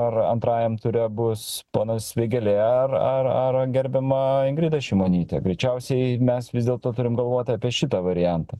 ar antrajam ture bus ponas vėgėlė ar ar ar gerbiama ingrida šimonytė greičiausiai mes vis dėlto turim galvoti apie šitą variantą